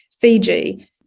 Fiji